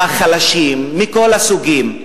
החלשים, מכל הסוגים,